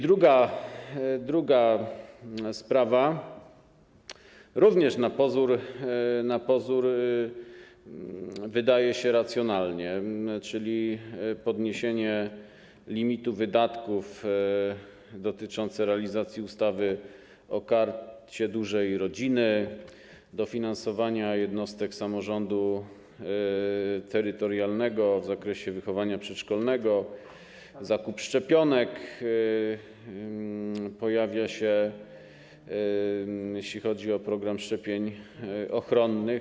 Druga sprawa również na pozór wydaje się racjonalna, czyli podniesienie limitu wydatków dotyczących realizacji ustawy o Karcie Dużej Rodziny, dofinansowania jednostek samorządu terytorialnego w zakresie wychowania przedszkolnego, zakupu szczepionek, pojawia się, jeśli chodzi o program szczepień ochronnych.